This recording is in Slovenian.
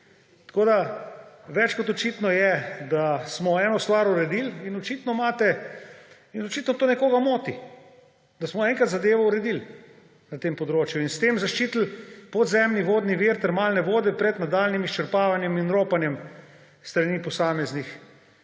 vodo. Več kot očitno je, da smo eno stvar uredili, in očitno to nekoga moti, da smo enkrat zadevo uredili na tem področju in s tem zaščitili podzemni vodni vir termalne vode pred nadaljnjim izčrpavanjem in ropanjem s strani posameznih